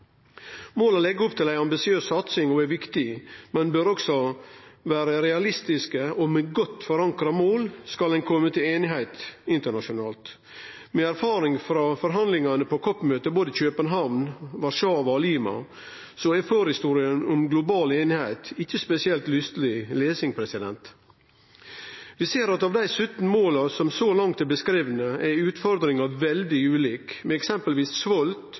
opp til ei ambisiøs satsing og er viktig, men dei bør også vere realistiske, og med godt forankra mål skal ein kome til einigheit internasjonalt. Med erfaring frå forhandlingane på COP-møtet både i København, Warszawa og Lima, så er forhistoria om global einigheit ikkje spesielt lysteleg lesing. Vi ser at av dei 17 måla som så langt er beskrive, er utfordringa veldig ulik, med eksempelvis svolt